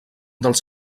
dels